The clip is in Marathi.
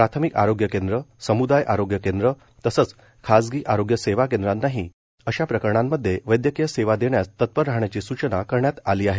प्राथमिक आरोग्य केंद्र सम्दाय आरोग्य केंद्र तसंच खासगी आरोग्य सेवा केंद्रांनाही अशा प्रकरणांमध्ये वैद्यकीय सेवा देण्यास तत्पर राहण्याची सूचना करण्यात आली आहे